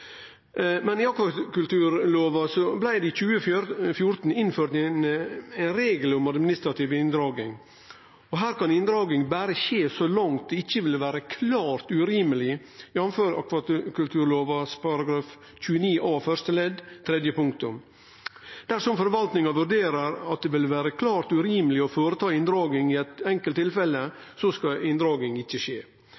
I akvakulturloven blei det i 2014 innført ein regel om administrativ inndraging, og her kan inndraging berre skje så langt det ikkje vil vere klart urimeleg, jf. akvakulturlova § 29 a første ledd tredje punktum. Dersom forvaltninga vurderer at det vil vere klart urimeleg å føreta inndraging i eit enkelt tilfelle,